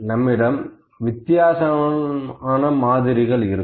நம்மிடம் வித்தியாசமான மாதிரிகள் இருக்கும்